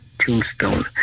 tombstone